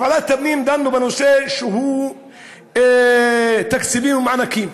בוועדת הפנים דנו בנושא תקציבים ומענקים